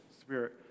Spirit